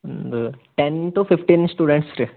ಒಂದು ten to fifteen students ರೀ